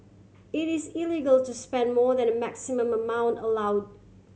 it is illegal to spend more than the maximum amount allow